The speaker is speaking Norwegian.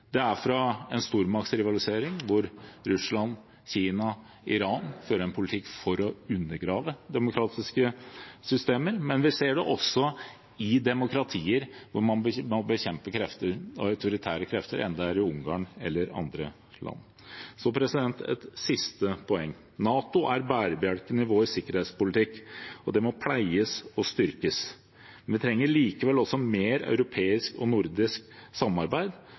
fra stormaktsrivalisering, hvor Russland, Kina og Iran fører en politikk for å undergrave demokratiske systemer, men vi ser det også i demokratier, hvor man må bekjempe autoritære krefter, enten det er i Ungarn eller i andre land. Et siste poeng: NATO er bærebjelken i vår sikkerhetspolitikk, og det må pleies og styrkes, men vi trenger også mer europeisk og nordisk samarbeid.